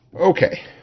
okay